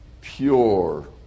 pure